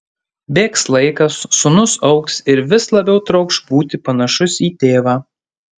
bėgs laikas sūnus augs ir vis labiau trokš būti panašus į tėvą